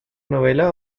novela